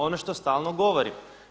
Ono što stalno govorim.